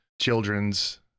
children's